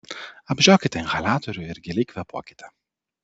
apžiokite inhaliatorių ir giliai kvėpuokite